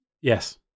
Yes